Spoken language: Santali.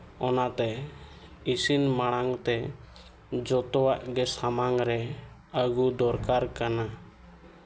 ᱚᱱᱟᱛᱮ ᱤᱥᱤᱱ ᱢᱟᱲᱟᱝ ᱛᱮ ᱡᱚᱛᱚᱣᱟᱜ ᱜᱮ ᱥᱟᱢᱟᱝ ᱨᱮ ᱟᱹᱜᱩ ᱫᱚᱨᱠᱟᱨ ᱠᱟᱱᱟ